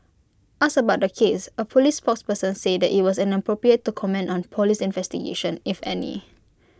asked about the case A Police spokesperson said IT was inappropriate to comment on Police investigations if any